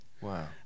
wow